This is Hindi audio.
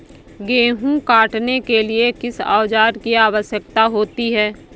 गेहूँ काटने के लिए किस औजार की आवश्यकता होती है?